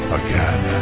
again